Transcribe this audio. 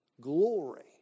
glory